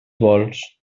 vols